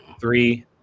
three